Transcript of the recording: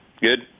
good